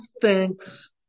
thanks